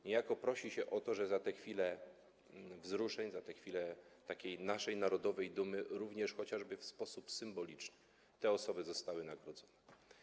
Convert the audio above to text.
Niejako prosi się to o to, żeby za te chwile wzruszeń, za te chwile naszej narodowej dumy również chociażby w sposób symboliczny te osoby zostały nagrodzone.